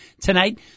Tonight